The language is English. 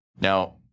Now